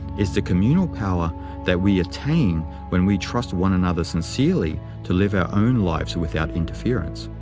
is the communal power that we attain when we trust one another sincerely to live our own lives without interference.